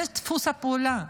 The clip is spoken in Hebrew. זה דפוס הפעולה,